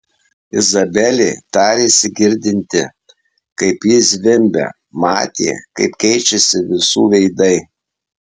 izabelė tarėsi girdinti kaip ji zvimbia matė kaip keičiasi visų veidai